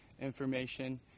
information